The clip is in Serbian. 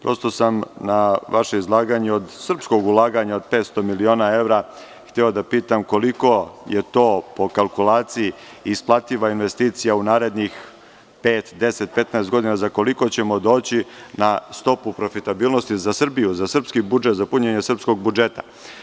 Prosto sam na vaše izlaganje od srpskog ulaganja od 500 miliona evra hteo da pitam koliko je to po kalkulaciji isplativa investicija u narednih pet, deset, petnaest godina, za koliko ćemo doći na stopu profitabilnosti za Srbiju, za srpski budžet, za punjenje srpkog budžeta?